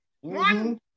One